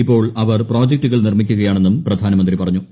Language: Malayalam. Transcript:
ഇപ്പോൾ അവർ പ്രോജക്ടുകൾ നിർമ്മിക്കുകയാണെന്നും പ്രധാനമന്ത്രി പറഞ്ഞു